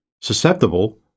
susceptible